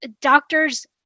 doctors